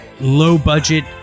Low-budget